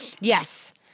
yes